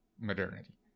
modernity